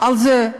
על זה,